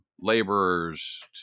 laborers